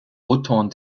autant